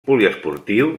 poliesportiu